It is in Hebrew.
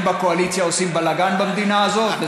בקואליציה עושים בלגן במדינה הזאת?